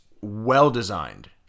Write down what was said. well-designed